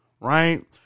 right